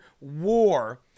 war